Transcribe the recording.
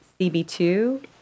CB2